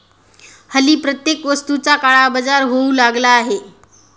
हल्ली प्रत्येक वस्तूचा काळाबाजार होऊ लागला आहे